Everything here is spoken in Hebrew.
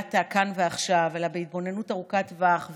בראיית הכאן והעכשיו אלא בהתבוננות ארוכת טווח,